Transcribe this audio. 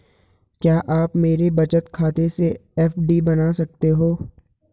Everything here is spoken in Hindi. क्या आप मेरे बचत खाते से एफ.डी बना सकते हो?